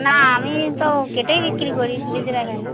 না আমি তো কেটেই বিক্রি করি ফ্রিজে রাখি না